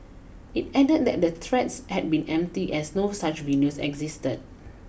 it added that the the threats had been empty as no such video existed